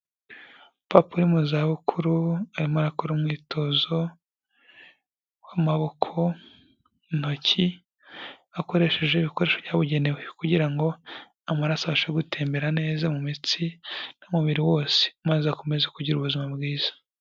Papa uri mu za bukuru arimo akora umwitozo w'amaboko ntoki akoresheje ibikoresho byabugenewe, kugira ngo amaraso abashe gutembera neza mu mitsi n'umubiri wose, maze akomeza kugira ubuzima bwiza.